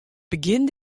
begjin